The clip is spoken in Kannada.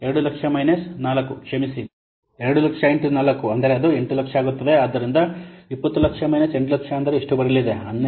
ಆದ್ದರಿಂದ 200000 ಮೈನಸ್ 4 ಕ್ಷಮಿಸಿ 200000 ಇನ್ ಟು 4 ಅಂದರೆ ಅದು 800000 ಆಗುತ್ತದೆ ಆದ್ದರಿಂದ 2000000 ಮೈನಸ್ 800000 ಅಂದರೆ ಎಷ್ಟು ಬರಲಿವೆ